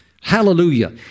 Hallelujah